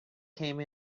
came